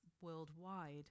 worldwide